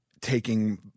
taking